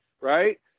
right